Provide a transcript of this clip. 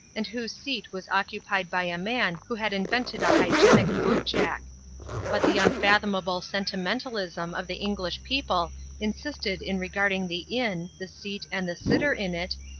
and whose seat was occupied by a man who had invented a hygienic bootjack but the unfathomable sentimentalism of the english people insisted in regarding the inn, the seat and the sitter in it,